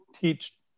teach